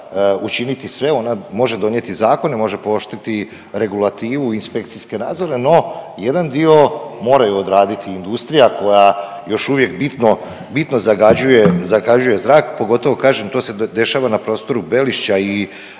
učiniti sve, ona može donijeti zakone, može pooštriti regulativu i inspekcijske nadzore, no jedan dio moraju odraditi industrija koja još uvijek bitno, bitno zagađuje zrak, pogotovo, kažem, to se dešava na prostoru Belišća i